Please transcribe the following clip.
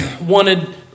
wanted